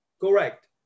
Correct